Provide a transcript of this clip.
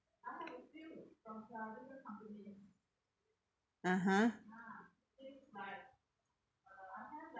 (uh huh)